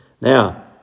Now